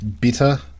bitter